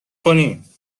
کنیم